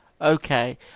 Okay